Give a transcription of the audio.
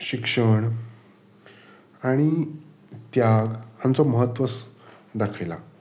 शिक्षण आनी त्याग हांचो म्हत्व दाखयला